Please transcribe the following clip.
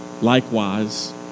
Likewise